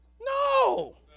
No